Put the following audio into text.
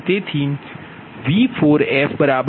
તેથી V4f0